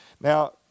Now